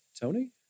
Tony